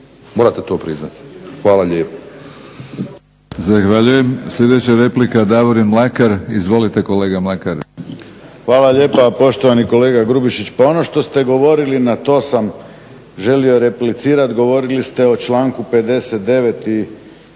Morate to priznati. Hvala lijepo.